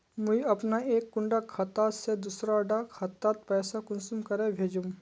मुई अपना एक कुंडा खाता से दूसरा डा खातात पैसा कुंसम करे भेजुम?